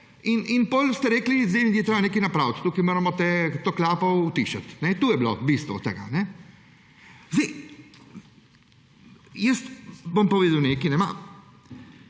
in potem ste rekli, da je treba nekaj narediti, tukaj moramo to klapo utišati. To je bilo bistvo tega. Bom povedal nekaj. Kaj